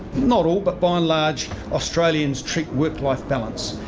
not all, but by and large australians treat work life balance,